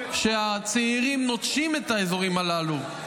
היא שהצעירים נוטשים את האזורים הללו.